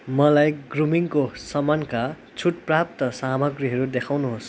मलाई ग्रुमिङ्गको समानका छुट प्राप्त सामग्रीहरू देखाउनुहोस